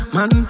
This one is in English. Man